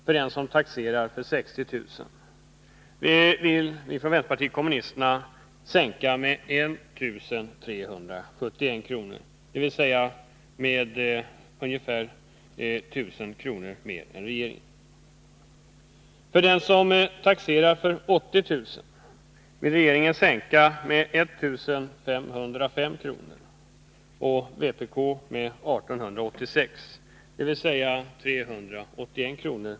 för en som taxerar för 60 000, vill vpk sänka med 1 371 kr., dvs. med nästan 1000 kr. mer än regeringen. För dem som taxerar för 80 000 sänker regeringen med 1 505 kr. och vpk med 1 886, dvs. 381 kr.